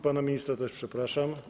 Pana ministra też przepraszam.